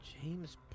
James